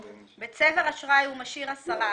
בצבר אשראי הוא משאיר 10 אחוזים.